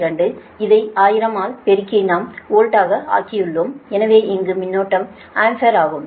2 இதை 1000 ஆல் பெருக்கி நாம் வோல்ட் ஆக ஆக்கியுள்ளோம் ஏனெனில் இங்கு மின்னோட்டம் ஆம்பியர் ஆகும்